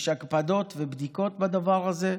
יש הקפדות ובדיקות בדבר הזה.